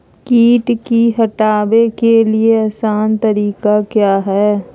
किट की हटाने के ली आसान तरीका क्या है?